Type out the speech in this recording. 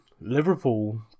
Liverpool